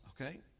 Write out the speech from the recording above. okay